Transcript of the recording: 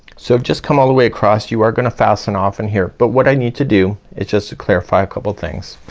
so i've just come all the way across you are gonna fasten off in here. but what i need to do is just to clarify a couple things.